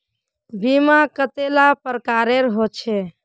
बीमा कतेला प्रकारेर होचे?